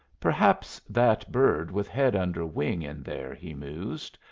perhaps that bird with head under wing in there, he mused,